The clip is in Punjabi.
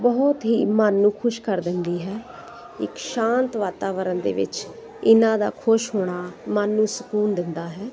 ਬਹੁਤ ਹੀ ਮਨ ਨੂੰ ਖੁਸ਼ ਕਰ ਦਿੰਦੀ ਹੈ ਇਕ ਸ਼ਾਂਤ ਵਾਤਾਵਰਨ ਦੇ ਵਿੱਚ ਇਹਨਾਂ ਦਾ ਖੁਸ਼ ਹੋਣਾ ਮਨ ਨੂੰ ਸਕੂਨ ਦਿੰਦਾ ਹੈ